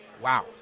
wow